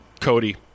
Cody